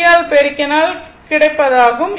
V ஆல் பெருக்கினால் கிடைப்பதாகும்